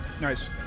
Nice